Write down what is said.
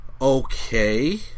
okay